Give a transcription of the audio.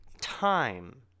time